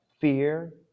Fear